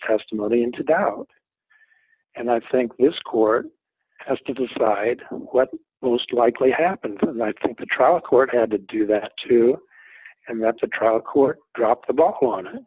testimony into doubt and i think this court has to decide what most likely happened and i think the trial court had to do that too and that the trial court dropped the ball on